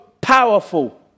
powerful